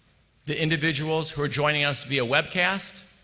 the individuals who are joining us via webcast,